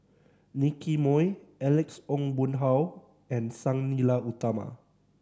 Nicky Moey Alex Ong Boon Hau and Sang Nila Utama